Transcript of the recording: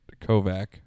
Kovac